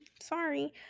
sorry